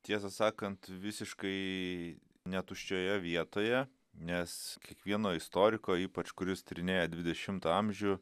tiesą sakant visiškai ne tuščioje vietoje nes kiekvieno istoriko ypač kuris tyrinėja dvidešimtą amžių